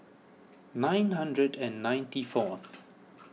nine hundred and ninety fourth